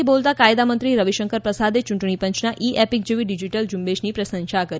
આ પ્રસંગે બોલતાં કાયદામંત્રી રવિશંકર પ્રસાદે ચૂંટણી પંચના ઈ એપિક જેવી ડિજિટલ ઝુંબેશની પ્રશંસા કરી